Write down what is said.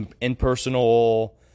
impersonal